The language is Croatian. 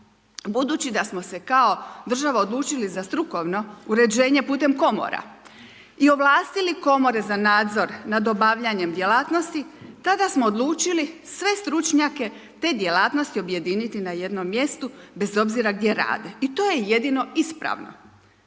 budući da smo se kao država odlučili za strukovno uređenje putem komora i ovlastili komore za nadzor nad obavljanjem djelatnosti tada smo odlučili sve stručnjake te djelatnosti objedini na jednom mjestu bez obzira gdje rade i to je jedino ispravno.